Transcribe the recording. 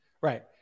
Right